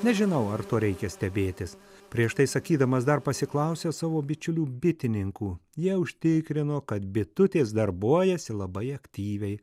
nežinau ar tuo reikia stebėtis prieš tai sakydamas dar pasiklausiau savo bičiulių bitininkų jie užtikrino kad bitutės darbuojasi labai aktyviai